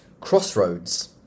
crossroads